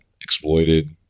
exploited